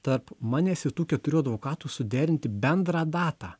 tarp manęs ir tų keturių advokatų suderinti bendrą datą